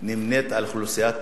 היא נמנית עם אוכלוסיית